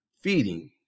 feeding